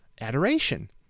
adoration